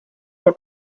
von